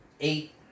eight